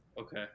Okay